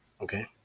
okay